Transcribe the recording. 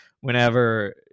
Whenever